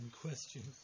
questions